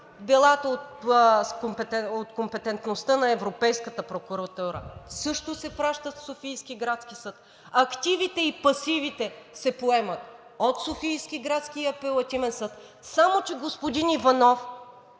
делата от компетентността на Европейската прокуратура също се пращат в Софийския градски съд, активите и пасивите се поемат от Софийския градски и от Апелативния съд. Само че, господин Иванов,